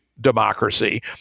democracy